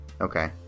Okay